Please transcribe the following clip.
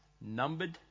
Numbered